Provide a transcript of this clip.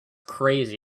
crazy